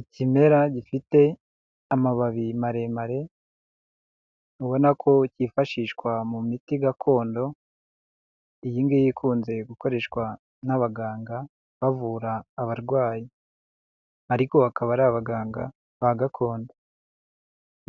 Ikimera gifite amababi maremare, ubona ko kifashishwa mu miti gakondo, iyi ngiyi ikunze gukoreshwa n'abaganga bavura abarwayi, ariko bakaba ari abaganga ba gakondo